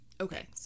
Okay